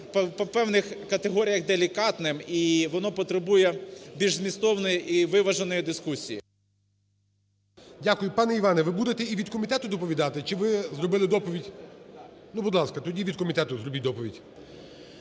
по певних категоріях делікатним і воно потребує більш змістовної і виваженої дискусії. ГОЛОВУЮЧИЙ. Дякую. Пане Іване, ви будете і від комітету доповідати? Чи ви зробили доповідь? Ну, будь ласка, тоді і від комітету зробіть доповідь.